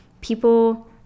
People